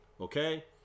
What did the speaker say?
Okay